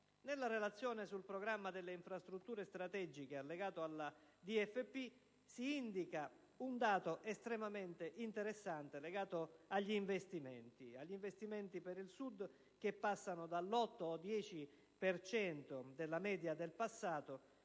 Nella relazione sul programma delle infrastrutture strategiche allegato allo schema di DFP si indica un dato estremamente interessante riferito agli investimenti per il Sud, che passano dall'8-10 per cento della media del passato